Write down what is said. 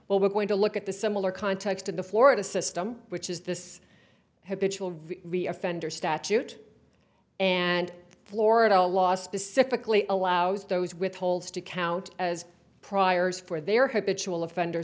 what we're going to look at the similar context in the florida system which is this had to be a fender statute and florida law specifically allows those with holes to count as priors for their habitual offender